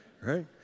Right